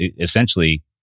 essentially